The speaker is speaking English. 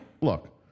look